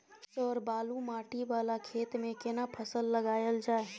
Sir बालू माटी वाला खेत में केना फसल लगायल जाय?